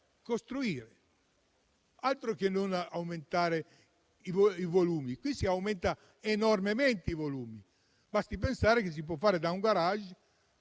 costruire, altro che non aumentare i volumi. Qui si aumentano enormemente i volumi. Basti pensare che da un *garage*